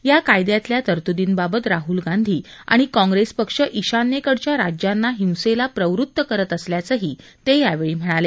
या कायद्यातल्या तरतुदींबाबत राहूल गांधी आणि काँप्रेस पक्ष श्रान्येकडच्या राज्यांना हिंसेला प्रवृत्त करत असल्याचंही ते यावेळी म्हणाले